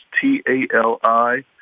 T-A-L-I